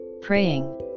praying